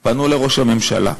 פנו לראש הממשלה,